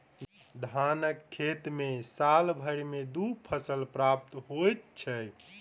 धानक खेत मे साल भरि मे दू फसल प्राप्त होइत छै